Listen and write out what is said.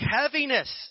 heaviness